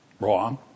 Wrong